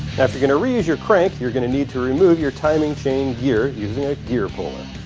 if you're going to reuse your crank you're going to need to remove your timing chain gear using a gear puller.